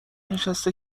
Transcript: نشسته